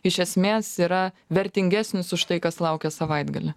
iš esmės yra vertingesnis už tai kas laukia savaitgalį